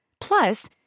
Plus